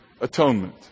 atonement